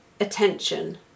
attention